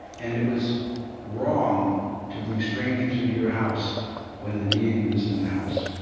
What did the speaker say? and it was wrong to bring strangers into your house when the deity was in the house.